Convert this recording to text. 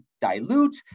dilute